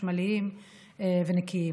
חשמליים ונקיים.